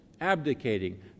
abdicating